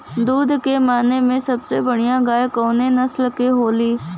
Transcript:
दुध के माने मे सबसे बढ़ियां गाय कवने नस्ल के होली?